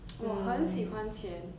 我很喜欢钱